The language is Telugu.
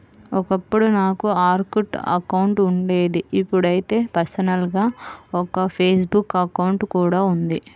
ఒకప్పుడు నాకు ఆర్కుట్ అకౌంట్ ఉండేది ఇప్పుడైతే పర్సనల్ గా ఒక ఫేస్ బుక్ అకౌంట్ కూడా ఉంది